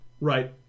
right